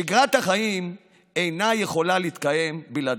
שגרת החיים אינה יכולה להתקיים בלעדיהם.